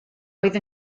oedd